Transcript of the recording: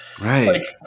Right